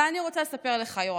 אבל אני רוצה לספר לך, יו"ר